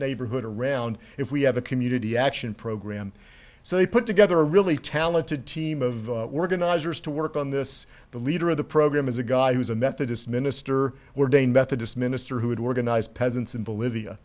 neighborhood around if we have a community action program so they put together a really talented team of organizers to work on this the leader of the program is a guy who's a methodist minister we're day methodist minister who had organized peasants in bolivia